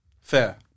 Fair